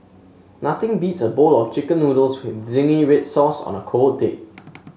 nothing beats a bowl of chicken noodles with zingy red sauce on a cold day